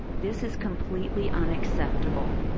this is completely unacceptable.